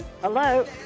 Hello